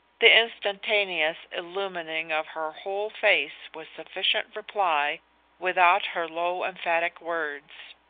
the instantaneous illumining of her whole face was sufficient reply without her low emphatic words,